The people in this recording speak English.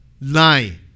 lie